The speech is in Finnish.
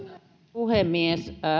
puhemies